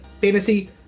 Fantasy